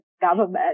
government